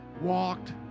walked